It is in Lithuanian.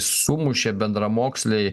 sumušė bendramokslį